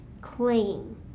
clean